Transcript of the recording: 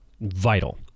vital